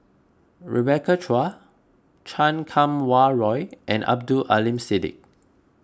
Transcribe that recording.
Rebecca Chua Chan Kum Wah Roy and Abdul Aleem Siddique